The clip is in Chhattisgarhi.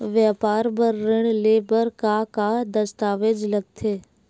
व्यापार बर ऋण ले बर का का दस्तावेज लगथे?